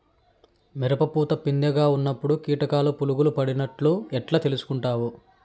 మిరప పూత పిందె గా ఉన్నప్పుడు కీటకాలు పులుగులు పడినట్లు ఎట్లా తెలుసుకుంటావు?